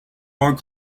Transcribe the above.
more